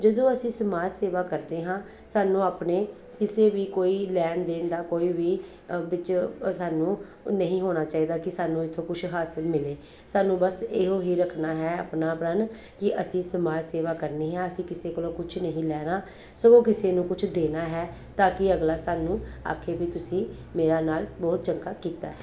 ਜਦੋਂ ਅਸੀਂ ਸਮਾਜ ਸੇਵਾ ਕਰਦੇ ਹਾਂ ਸਾਨੂੰ ਆਪਣੇ ਕਿਸੇ ਵੀ ਕੋਈ ਲੈਣ ਦੇਣ ਦਾ ਕੋਈ ਵੀ ਵਿੱਚ ਸਾਨੂੰ ਨਹੀਂ ਹੋਣਾ ਚਾਹੀਦਾ ਕਿ ਸਾਨੂੰ ਇੱਥੋਂ ਕੁਛ ਹਾਸਿਲ ਮਿਲੇ ਸਾਨੂੰ ਬਸ ਇਹੋ ਹੀ ਰੱਖਣਾ ਹੈ ਆਪਣਾ ਪ੍ਰਣ ਕਿ ਅਸੀਂ ਸਮਾਜ ਸੇਵਾ ਕਰਨੀ ਹਾਂ ਅਸੀਂ ਕਿਸੇ ਕੋਲੋਂ ਕੁਛ ਨਹੀਂ ਲੈਣਾ ਸਗੋਂ ਕਿਸੇ ਨੂੰ ਕੁਛ ਦੇਣਾ ਹੈ ਤਾਂ ਕਿ ਅਗਲਾ ਸਾਨੂੰ ਆਖੇ ਵੀ ਤੁਸੀਂ ਮੇਰਾ ਨਾਲ ਬਹੁਤ ਚੰਗਾ ਕੀਤਾ ਹੈ